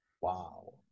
Wow